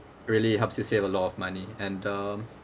really helps you save a lot of money and um